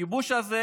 הכיבוש הזה